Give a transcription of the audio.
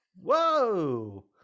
Whoa